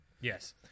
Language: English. yes